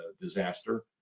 disaster